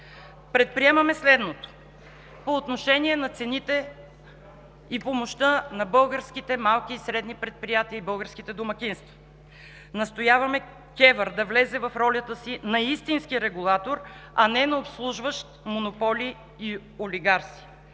Предприемаме следното. По отношение на цените и помощта на българските малки и средни предприятия и българските домакинства, настояваме Комисията за енергийно и водно регулиране да влезе в ролята си на истински регулатор, а не на обслужващ монополи и олигарси,